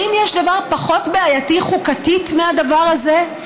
האם יש דבר פחות בעייתי, חוקתית, מהדבר הזה?